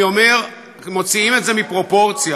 אני אומר, מוציאים את זה מפרופורציה.